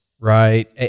right